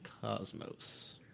cosmos